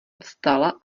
vstala